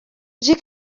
j’ai